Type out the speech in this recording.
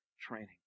training